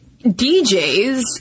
DJs